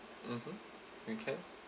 mmhmm we can